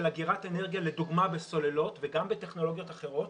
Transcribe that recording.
אגירת אנרגיה לדוגמה בסוללות וגם בטכנולוגיות אחרות